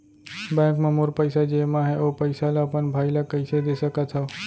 Bank म मोर पइसा जेमा हे, ओ पइसा ला अपन बाई ला कइसे दे सकत हव?